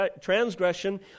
transgression